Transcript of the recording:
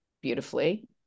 beautifully